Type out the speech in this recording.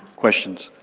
questions.